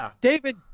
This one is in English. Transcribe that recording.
David